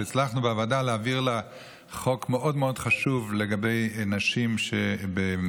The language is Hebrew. שהצלחנו בוועדה להעביר לה חוק מאוד מאוד חשוב לגבי נשים במקלטים,